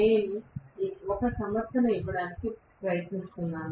నేను ఒక సమర్థన ఇవ్వడానికి ప్రయత్నిస్తున్నాను